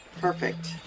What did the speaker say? perfect